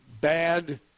bad